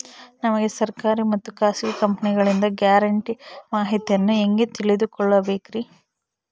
ನಮಗೆ ಸರ್ಕಾರಿ ಮತ್ತು ಖಾಸಗಿ ಕಂಪನಿಗಳಿಂದ ಗ್ಯಾರಂಟಿ ಮಾಹಿತಿಯನ್ನು ಹೆಂಗೆ ತಿಳಿದುಕೊಳ್ಳಬೇಕ್ರಿ?